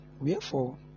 wherefore